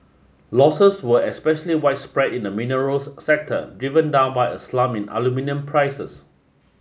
losses were especially widespread in the minerals sector given down by a slump in aluminium prices